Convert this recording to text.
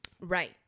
Right